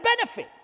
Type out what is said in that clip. benefit